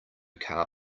car